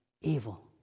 evil